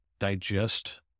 digest